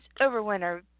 Overwinter